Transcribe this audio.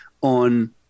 on